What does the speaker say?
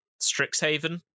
Strixhaven